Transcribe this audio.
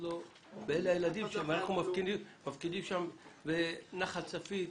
אלה הילדים שלנו שהפקדנו בנחל צפית,